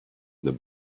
the